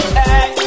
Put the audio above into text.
hey